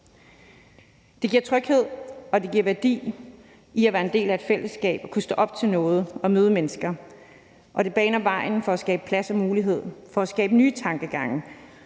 Det giver tryghed, og det giver værdi at være en del af et fællesskab og kunne stå op til noget og møde mennesker, og det baner vejen for at skabe plads til og mulighed for at skabe nye tankegange.